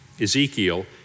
Ezekiel